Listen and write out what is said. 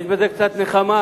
יש בזה קצת נחמה